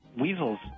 weasels